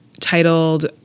titled